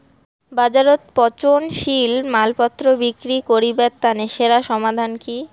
বাজারত পচনশীল মালপত্তর বিক্রি করিবার তানে সেরা সমাধান কি?